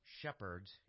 shepherds